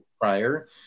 prior